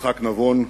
יצחק נבון,